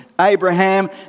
Abraham